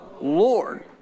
Lord